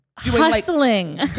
Hustling